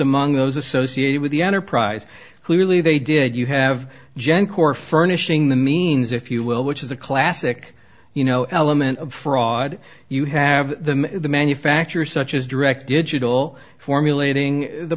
among those associated with the enterprise clearly they did you have gen corps furnishing the means if you will which is a classic you know element of fraud you have the manufacture such as directed util formulating the